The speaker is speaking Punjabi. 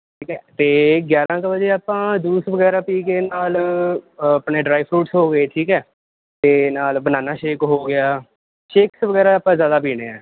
ਠੀਕ ਹੈ ਅਤੇ ਗਿਆਰਾਂ ਕੁ ਵਜੇ ਆਪਾਂ ਜੂਸ ਵਗੈਰਾ ਪੀ ਕੇ ਨਾਲ ਆਪਣੇ ਡਰਾਈ ਫਰੂਟਸ ਹੋ ਗਏ ਠੀਕ ਹੈ ਅਤੇ ਨਾਲ ਬਨਾਨਾ ਸ਼ੇਕ ਹੋ ਗਿਆ ਸ਼ੇਕਸ ਵਗੈਰਾ ਆਪਾਂ ਜ਼ਿਆਦਾ ਪੀਣੇ ਹੈ